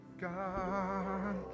God